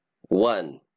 One